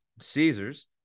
Caesars